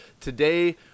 Today